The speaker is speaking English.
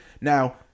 now